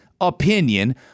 opinion